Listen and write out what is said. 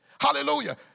Hallelujah